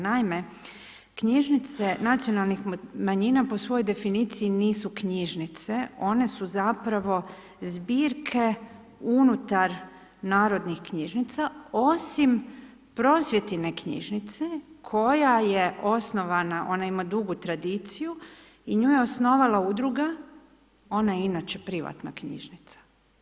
Naime knjižnice nacionalnih manjina po svojoj definiciji nisu knjižnice, one su zapravo zbirke unutar narodnih knjižnica osim Prosvjetine knjižnice koja je osnovana, ona ima drugu tradiciju i nju je osnovala udruga, ona je inače privatna knjižnica.